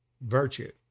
virtue